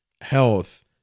Health